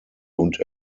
und